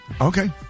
Okay